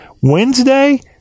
wednesday